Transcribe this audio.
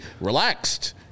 relaxed